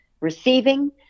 receiving